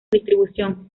distribución